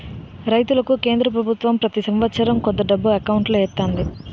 రైతులకి కేంద్ర పభుత్వం ప్రతి సంవత్సరం కొంత డబ్బు ఎకౌంటులో ఎత్తంది